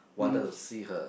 wanted to see her